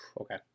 Okay